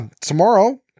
tomorrow